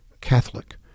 Catholic